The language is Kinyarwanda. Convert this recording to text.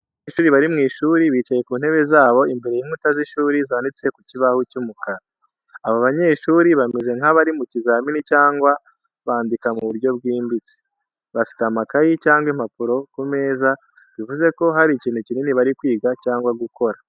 Abanyeshuri bari mu ishuri, bicaye ku ntebe zabo imbere y’inkuta z’ishuri zanditseho ku kibaho cy’umukara. Abo banyeshuri bameze nk’abari mu kizamini cyangwa bandika mu buryo bwimbitse. Bafite amakayi cyangwa impapuro ku meza, bivuze ko hari ikintu kinini bari kwiga cyangwa gukora.